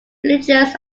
religious